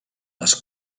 les